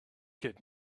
get